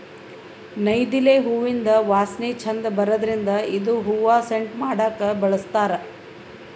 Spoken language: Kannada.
ನೈದಿಲೆ ಹೂವಿಂದ್ ವಾಸನಿ ಛಂದ್ ಬರದ್ರಿನ್ದ್ ಇದು ಹೂವಾ ಸೆಂಟ್ ಮಾಡಕ್ಕ್ ಬಳಸ್ತಾರ್